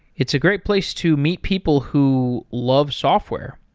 it's a great place to meet people who love software.